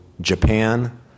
Japan